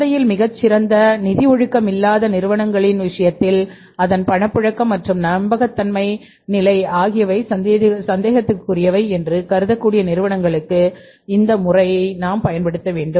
சந்தையில் மிகச் சிறந்த நிதி ஒழுக்கம் இல்லாத நிறுவனங்களின் விஷயத்தில் அதன் பணப்புழக்கம் மற்றும் நம்பகத்தன்மை நிலை ஆகியவை சந்தேகத்திற்குரியவை என்று கருதக்கூடிய நிறுவனங்களுக்கு இந்த முறையை நாம் பயன்படுத்த வேண்டும்